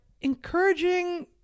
encouraging